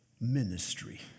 ministry